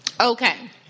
Okay